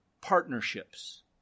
partnerships